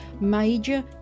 major